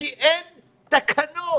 כי אין תקנות.